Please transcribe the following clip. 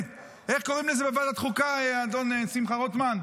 איך קוראים לזה בוועדת החוקה, האדון שמחה רוטמן?